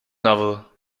novel